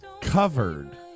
covered